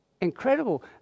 incredible